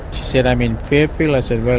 said, i'm in fairfield. i said, well,